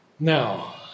Now